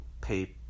pay